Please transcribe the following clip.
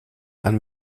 einem